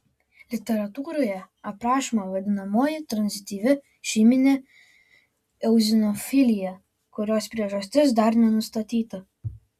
literatūroje aprašoma vadinamoji tranzityvi šeiminė eozinofilija kurios priežastis dar nenustatyta